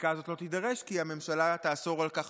שהחקיקה הזאת לא תידרש כי הממשלה תאסור על כך